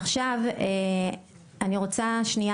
עכשיו אני רוצה רגע